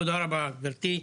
תודה רבה, גברתי.